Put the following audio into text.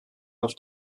auf